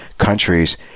countries